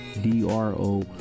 D-R-O